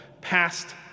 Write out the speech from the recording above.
past